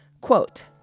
Quote